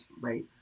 right